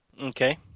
okay